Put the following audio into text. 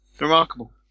Remarkable